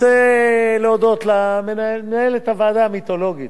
אני רוצה להודות למנהלת הוועדה המיתולוגית,